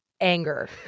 anger